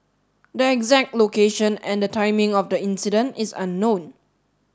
the exact location and the timing of the incident is unknown